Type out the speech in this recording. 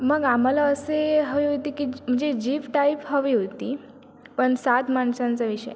मग आम्हाला असे हवे होते की म्हणजे जीप टाईप हवी होती पण सात माणसांचा विषय